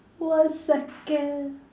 one second